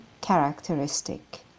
characteristic